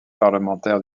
parlementaire